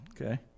Okay